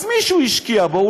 אז מישהו השקיע בו,